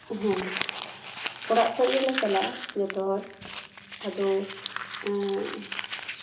ᱦᱮᱸ ᱚᱲᱟᱜ ᱠᱷᱚᱡ ᱜᱮᱞᱮ ᱪᱟᱞᱟᱜᱼᱟ ᱡᱚᱛᱚ ᱦᱚᱲ ᱟᱫᱚ